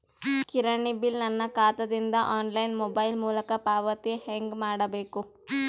ಕಿರಾಣಿ ಬಿಲ್ ನನ್ನ ಖಾತಾ ದಿಂದ ಆನ್ಲೈನ್ ಮೊಬೈಲ್ ಮೊಲಕ ಪಾವತಿ ಹೆಂಗ್ ಮಾಡಬೇಕು?